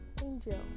angel